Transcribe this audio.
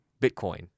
Bitcoin